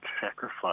sacrifice